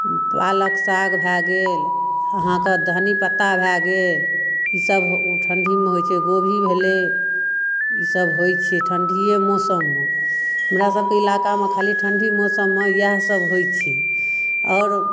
पालक साग भए गेल अहाँकेँ धन्नी पत्ता भए गेल ईसभ ठण्ढीमे होइत छै गोभी भेलै ईसभ होइत छै ठण्ढिए मौसममे हमरासभके इलाकामे खाली ठण्ढी मौसममे इएहसभ होइत छै आओर